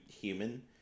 human